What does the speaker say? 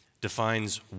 defines